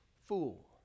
fool